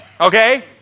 okay